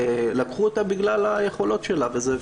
לקחו אותה בגלל היכולות שלה וזה פנטסטי.